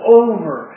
over